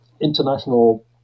International